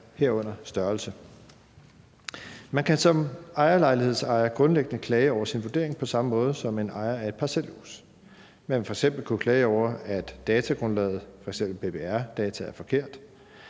herunder størrelse. Man kan som ejerlejlighedsejer grundlæggende klage over sin vurdering på samme måde som en ejer af et parcelhus. Man vil f.eks. kunne klage over, at datagrundlaget, f.eks. BBR-data, er forkert,